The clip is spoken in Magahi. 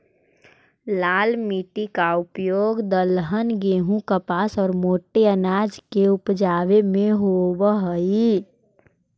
लाल मिट्टी का उपयोग दलहन, गेहूं, कपास और मोटे अनाज को उपजावे में होवअ हई